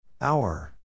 hour